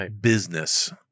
business